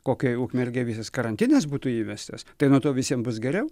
kokioj ukmergėj visas karantinas būtų įvestas tai nuo to visiem bus geriau